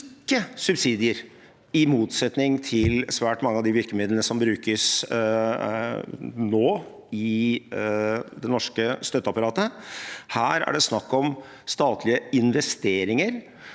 ikke er subsidier, i motsetning til svært mange av de virkemidlene som brukes nå i det norske støtteapparatet. Her er det snakk om statlige investeringer